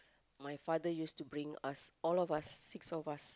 my father used to bring us all of us six of us